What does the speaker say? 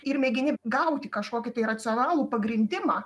ir mėgini gauti kažkokį tai racionalų pagrindimą